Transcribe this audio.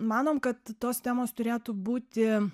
manom kad tos temos turėtų būti